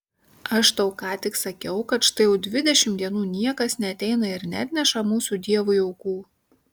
aš tau ką tik sakiau kad štai jau dvidešimt dienų niekas neateina ir neatneša mūsų dievui aukų